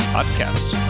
Podcast